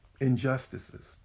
Injustices